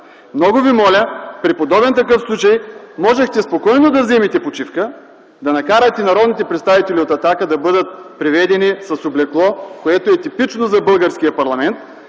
Много Ви моля: при подобен такъв случай можехте спокойно да вземете почивка, да накарате народните представители от „Атака” да бъдат приведени с облекло, типично за българския парламент,